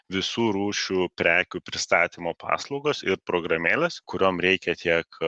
visų rūšių prekių pristatymo paslaugos ir programėlės kuriom reikia tiek